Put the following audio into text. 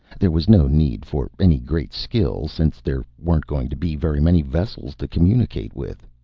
there was no need for any great skill, since there weren't going to be very many vessels to communicate with.